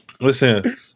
Listen